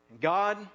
God